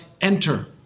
enter